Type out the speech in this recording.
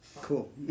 Cool